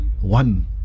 one